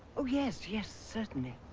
oh yes yes certainly.